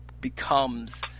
becomes